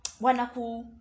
wanaku